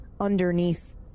underneath